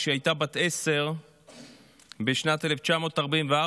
כשהייתה בת עשר בשנת 1944,